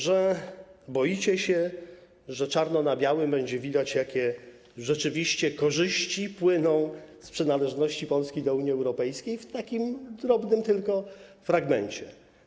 Że boicie się, że czarno na białym będzie widać, jakie rzeczywiście korzyści płyną z przynależności Polski do Unii Europejskiej w takim drobnym tylko fragmencie.